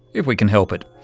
if we can help it.